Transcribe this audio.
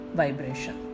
vibration